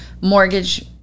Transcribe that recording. mortgage